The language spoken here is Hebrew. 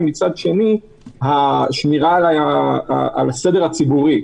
ומצד שני השמירה על הסדר הציבורי.